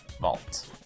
Vault